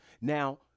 Now